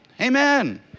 Amen